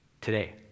today